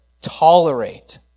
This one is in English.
tolerate